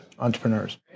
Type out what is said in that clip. entrepreneurs